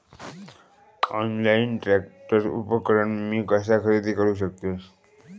Online tractor उपकरण मी कसा खरेदी करू शकतय?